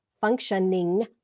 functioning